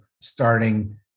starting